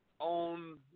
own